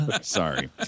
Sorry